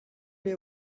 day